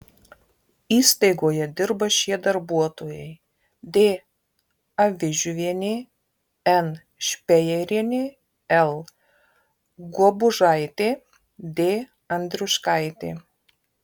įstaigoje dirba šie darbuotojai d avižiuvienė n špejerienė l guobužaitė d andriuškaitė